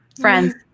Friends